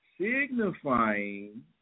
signifying